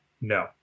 No